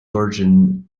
origin